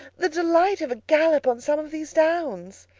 the delight of a gallop on some of these downs.